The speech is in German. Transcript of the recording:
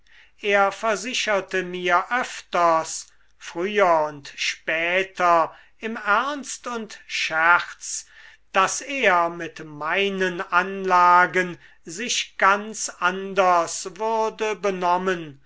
er versicherte mir öfters früher und später im ernst und scherz daß er mit meinen anlagen sich ganz anders würde benommen